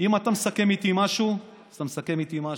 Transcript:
אם אתה מסכם איתי משהו אז אתה מסכם איתי משהו.